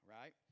right